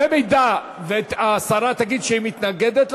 במידה שהשרה תגיד שהיא מתנגדת,